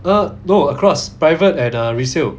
!huh! no across private and uh resale